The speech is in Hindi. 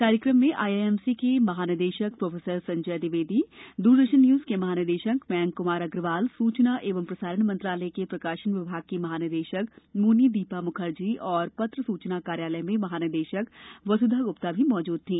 कार्यक्रम में आईआईएमसी के महानिदेशक प्रो संजय द्विवेदी दूरदर्शन न्यूज़ के महानिदेशक मयंक क्मार अग्रवाल सूचना एवं प्रसारण मंत्रालय के प्रकाशन विभाग की महानिदेशक स्श्री मोनी दीपा म्खर्जी एवं पत्र सूचना कार्यालय में महानिदेशक श्रीमती वस्धा ग्प्ता भी मौजूद थे